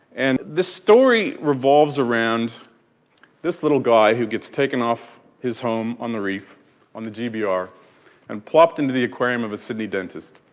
and the story revolves around this little guy who gets taken off his home on the reef on the gbr and plopped into the aquarium of a sydney dentist.